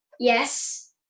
Yes